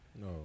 No